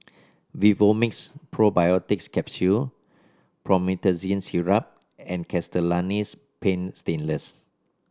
Vivomixx Probiotics Capsule Promethazine Syrup and Castellani's Paint Stainless